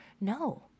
No